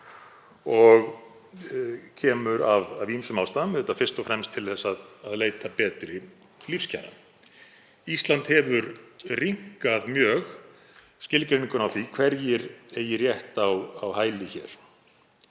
og kemur af ýmsum ástæðum, auðvitað fyrst og fremst til að leita betri lífskjara. Ísland hefur rýmkað mjög skilgreininguna á því hverjir eigi rétt á hæli hér